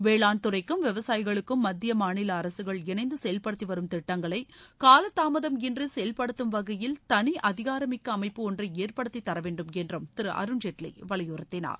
வேளாண் துறைக்கும் விவசாயிகளுக்கும் மத்திய மாநில அரசுகள் இணைந்து செயல்படுத்திவரும் திட்டங்களை காலதாமதம் இன்றி செயல்படுத்தும் வகையில் தனி அதிகாரமிக்க அமைப்பு ஒன்றை ஏற்படுத்தி தரவேண்டும் என்றும் திரு அருண்ஜேட்லி வலியுறுத்தினார்